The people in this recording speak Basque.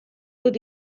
dut